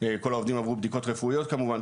כל העובדים עברו בדיקות רפואיות כמובן,